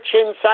inside